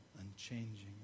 unchanging